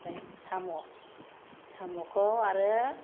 आमफ्राय साम' साम'खौ आरो